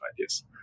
ideas